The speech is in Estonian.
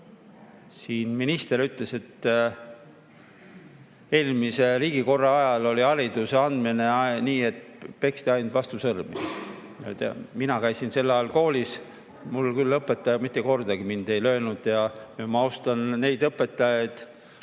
Minister ütles, et eelmise riigikorra ajal oli hariduse andmine nii, et peksti ainult vastu sõrmi. Ma ei tea, mina käisin sel ajal koolis, mind küll õpetaja mitte kordagi ei löönud. Ma austan neid õpetajaid,